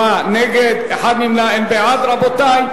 67 נגד, אחד נמנע, אין בעד, רבותי.